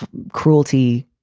cruelty,